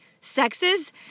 sexes